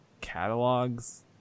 catalogs